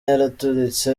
yaraturitse